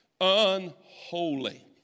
Unholy